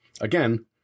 Again